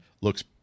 looks